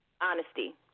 Honesty